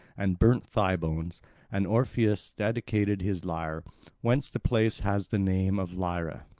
and burnt thigh bones and orpheus dedicated his lyre whence the place has the name of lyra.